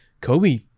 Kobe